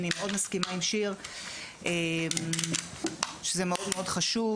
אני מאוד מסכימה עם שיר שזה מאוד מאוד חשוב,